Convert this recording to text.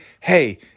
hey